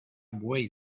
buey